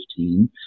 2015